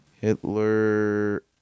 Hitler